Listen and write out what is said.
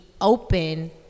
open